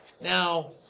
now